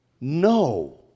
No